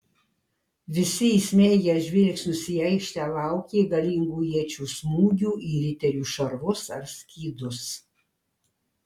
visi įsmeigę žvilgsnius į aikštę laukė galingų iečių smūgių į riterių šarvus ar skydus